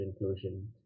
inclusion